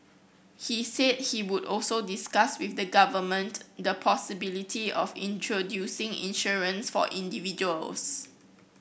he said he would also discuss with the government the possibility of introducing insurance for individuals